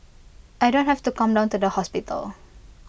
I don't have to come down to the hospital